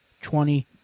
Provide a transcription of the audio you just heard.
twenty